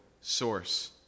source